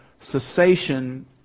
cessation